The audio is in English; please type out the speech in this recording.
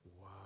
Wow